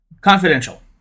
Confidential